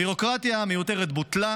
הביורוקרטיה המיותרת בוטלה,